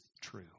true